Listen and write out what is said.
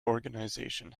organisation